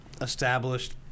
established